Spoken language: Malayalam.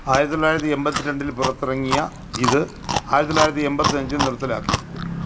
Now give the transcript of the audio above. ആയിരത്തി തൊള്ളായിരത്തി എൺപത്തി രണ്ടിൽ പുറത്തിറങ്ങിയ ഇത് ആയിരത്തി തൊള്ളായിരത്തി എൺപത്തി അഞ്ചിൽ നിർത്തലാക്കി